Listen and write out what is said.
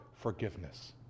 forgiveness